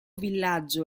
villaggio